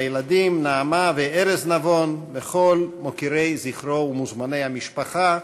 הילדים נעמה וארז נבון וכל מוקירי זכרו ומוזמני המשפחה,